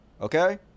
Okay